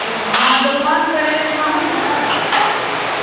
हँ हँ दोकानपर आएब तहन ने